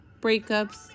breakups